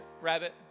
rabbit